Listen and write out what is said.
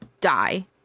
die